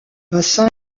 bassin